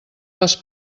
les